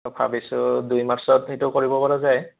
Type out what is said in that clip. ভাবিছোঁ দুই মাৰ্চত সেইটো কৰিব পৰা যায়